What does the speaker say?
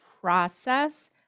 process